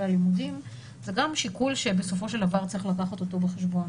הלימודים זה גם שיקול שבסופו של דבר צריך לקחת אותו בחשבון.